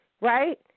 right